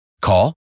Call